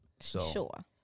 sure